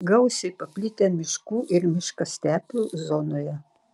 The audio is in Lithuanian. gausiai paplitę miškų ir miškastepių zonoje